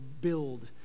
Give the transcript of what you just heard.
build